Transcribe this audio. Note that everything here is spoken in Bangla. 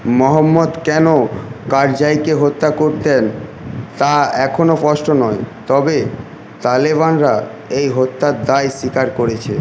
মহম্মদ কেন কারজাইকে হত্যা করতেন তা এখনও স্পষ্ট নয় তবে তালিবানরা এই হত্যার দায় স্বীকার করেছে